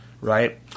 right